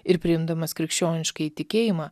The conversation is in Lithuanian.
ir priimdamas krikščioniškąjį tikėjimą